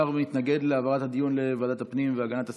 השר מתנגד להעברת הדיון לוועדת הפנים והגנת הסביבה?